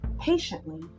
patiently